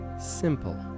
Simple